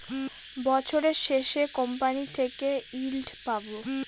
বছরের শেষে কোম্পানি থেকে ইল্ড পাবো